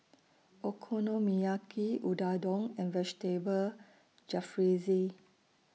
Okonomiyaki Unadon and Vegetable Jalfrezi